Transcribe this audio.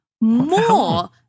more